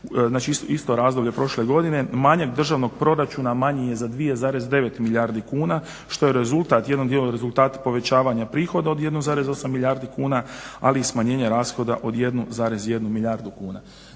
isto razdoblje prošle godine, manjak državnog proračuna manji je za 2,9 milijardi kuna što je rezultat, u jednom dijelu rezultat povećavanja prihoda od 1,8 milijardi kuna, ali i smanjenja rashoda od 1,1 milijardu kuna.